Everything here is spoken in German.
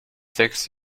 sechs